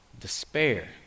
despair